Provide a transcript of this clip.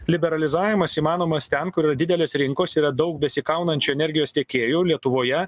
liberalizavimas įmanomas ten kur yra didelės rinkos yra daug besikaunančių energijos tiekėjų lietuvoje